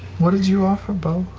what did you offer? but